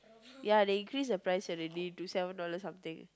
ya they increase the price already to seven dollar something